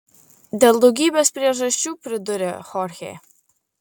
dėl daugybės priežasčių pridūrė chorchė